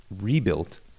rebuilt